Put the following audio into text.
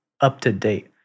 up-to-date